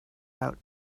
out